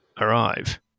arrive